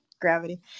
gravity